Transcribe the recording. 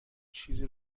چیزی